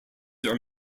are